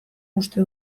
uste